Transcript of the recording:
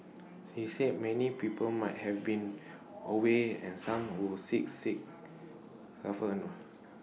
she said many people might have been away and some sick sick